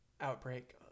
outbreak